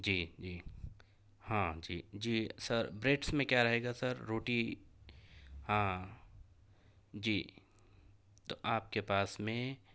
جی جی ہاں جی جی سر بریڈس میں کیا رہے گا سر روٹی ہاں جی تو آپ کے پاس میں